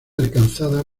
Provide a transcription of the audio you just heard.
alcanzada